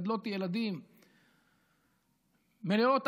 מגדלות ילדים,